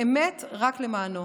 באמת רק למענו.